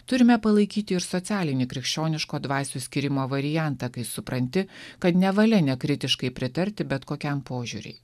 turime palaikyti ir socialinį krikščioniško dvasių skyrimo variantą kai supranti kad nevalia nekritiškai pritarti bet kokiam požiūriui